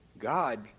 God